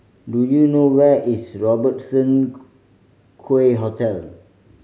do you know where is Robertson Quay Hotel